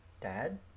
Dad